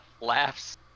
laughs